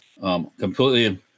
completely